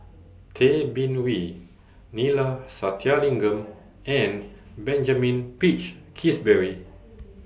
Tay Bin Wee Neila Sathyalingam and Benjamin Peach Keasberry